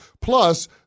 Plus